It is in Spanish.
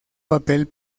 papel